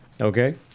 Okay